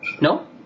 No